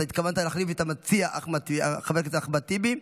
אתה התכוונת להחליף את המציע חבר הכנסת אחמד טיבי,